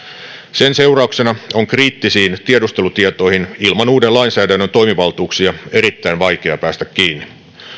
sen seurauksena on kriittisiin tiedustelutietoihin ilman uuden lainsäädännön toimivaltuuksia erittäin vaikea päästä kiinni